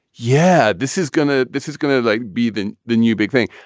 yeah, this is going to this is going to like be the the new big thing.